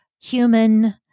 human